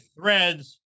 Threads